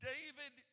David